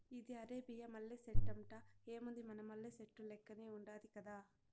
ఇది అరేబియా మల్లె సెట్టంట, ఏముంది మన మల్లె సెట్టు లెక్కనే ఉండాది గదా